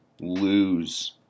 lose